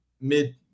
mid